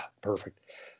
perfect